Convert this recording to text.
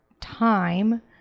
time